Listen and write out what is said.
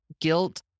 guilt